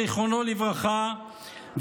זיכרונו לברכה,